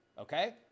Okay